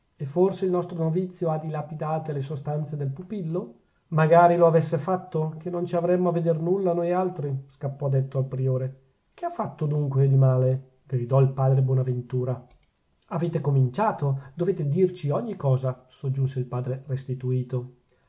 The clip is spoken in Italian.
e forse il nostro novizio ha dilapidate le sostanze del pupillo magari lo avesse fatto che non ci avremmo a veder nulla noi altri scappò detto al priore che ha fatto dunque di male gridò il padre bonaventura avete incominciato dovete dirci ogni cosa soggiunse il padre restituto